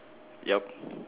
yup